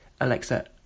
Alexa